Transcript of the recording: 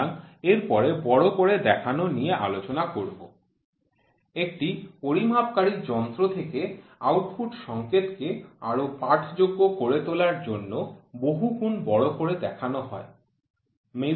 সুতরাং এরপরে বড় করে দেখানো নিয়ে আলোচনা করব একটি পরিমাপকারী যন্ত্র থেকে আউটপুট সংকেত কে আরও পাঠযোগ্য করে তোলার জন্য বহুগুণ বড় করে দেখানো হয়